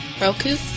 Roku